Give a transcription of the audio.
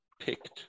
picked